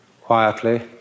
quietly